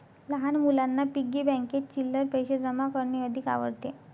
लहान मुलांना पिग्गी बँकेत चिल्लर पैशे जमा करणे अधिक आवडते